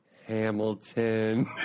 Hamilton